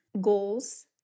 goals